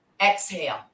exhale